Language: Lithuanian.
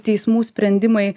teismų sprendimai